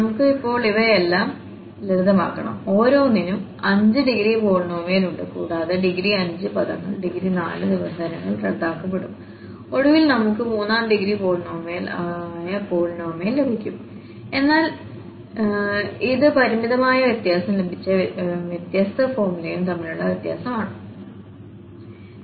നമുക്ക് ഇപ്പോൾ ഇവയെല്ലാം ലളിതമാക്കണം ഓരോന്നിനും അഞ്ച് ഡിഗ്രി പോളിനോമിയൽ ഉണ്ട് കൂടാതെ ഡിഗ്രി 5 പദങ്ങൾ ഡിഗ്രി 4 നിബന്ധനകൾ റദ്ദാക്കപ്പെടും ഒടുവിൽ നമുക്ക് മൂന്നാം ഡിഗ്രി പോളിനോമിയൽ ആയ പോളിനോമിയൽ ലഭിക്കും എന്നാൽ ഇത്പരിമിതമായ വ്യത്യാസം വിഭജിച്ച വ്യത്യാസ ഫോർമുലയും തമ്മിലുള്ള വ്യത്യാസം എന്താണ്